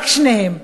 רק שניהם.